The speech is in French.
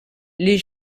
les